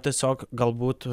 tiesiog galbūt